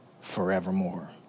forevermore